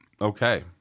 Okay